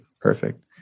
Perfect